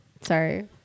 Sorry